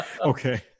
Okay